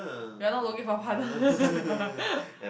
you are not looking for a partner